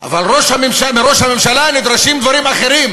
אבל מראש הממשלה נדרשים דברים אחרים: